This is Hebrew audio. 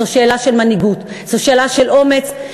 זו שאלה של מנהיגות, זו שאלה של אומץ.